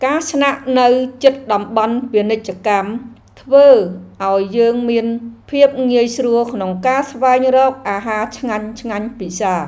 ការស្នាក់នៅជិតតំបន់ពាណិជ្ជកម្ម ធ្វើឱ្យយើងមានភាពងាយស្រួលក្នុងការស្វែងរកអាហារឆ្ងាញ់ៗពិសារ។